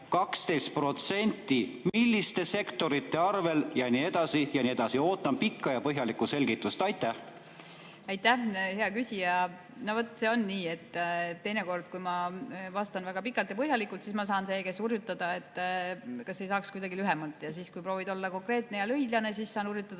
12%, milliste sektorite arvel ja nii edasi ja nii edasi? Ootan pikka ja põhjalikku selgitust. Aitäh, hea küsija! Vaat see on nii, et teinekord, kui ma vastan väga pikalt ja põhjalikult, siis ma saan hurjutada, et kas ei saaks kuidagi lühemalt. Ja kui ma proovin olla konkreetne ja õiglane, siis saan ma hurjutada